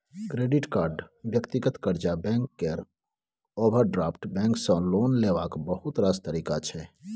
credit card, व्यक्तिगत कर्जा, bank केर ओवरड्राफ्ट बैंक सँ लोन लेबाक बहुत रास तरीका छै